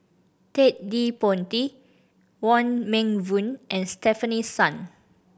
Ted De Ponti Wong Meng Voon and Stefanie Sun